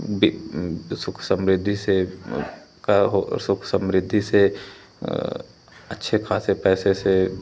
भी सुख समृद्धि से कर हो सुख समृद्धि से अच्छे ख़ासे पैसे से